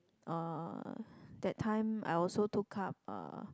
uh that time I also took up uh